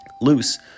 Loose